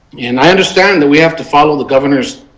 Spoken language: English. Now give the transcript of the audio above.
and i understand that we have to follow the governor's